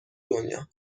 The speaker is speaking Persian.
دنیا